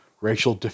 racial